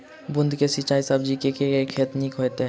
बूंद कऽ सिंचाई सँ सब्जी केँ के खेती नीक हेतइ?